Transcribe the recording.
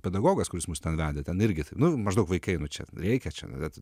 pedagogas kuris mus ten vedė ten irgi na maždaug vaikai nu čia reikia čia kad